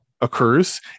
occurs